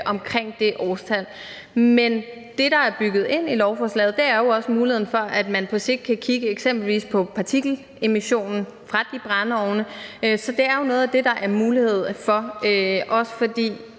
omkring det årstal. Men det, der er bygget ind i lovforslaget, er jo også muligheden for, at man på sigt kan kigge eksempelvis på partikelemissionen fra de brændeovne. Så det er jo noget af det, der er mulighed for, også fordi